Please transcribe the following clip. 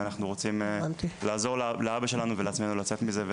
ואנחנו רוצים לעזור לאבא שלנו ולעצמנו לצאת מזה.